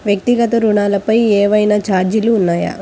వ్యక్తిగత ఋణాలపై ఏవైనా ఛార్జీలు ఉన్నాయా?